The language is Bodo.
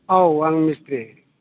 औ आं मिस्ट्रि